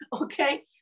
okay